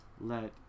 let